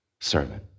sermon